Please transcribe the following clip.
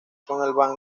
son